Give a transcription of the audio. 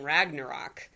Ragnarok